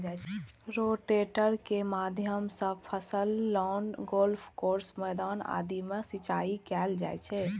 rotator के माध्यम सं फसल, लॉन, गोल्फ कोर्स, मैदान आदि मे सिंचाइ कैल जाइ छै